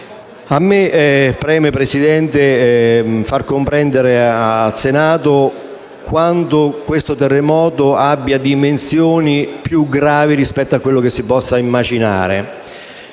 a me preme far comprendere al Senato quanto questo terremoto abbia dimensioni più gravi rispetto a quanto si possa immaginare.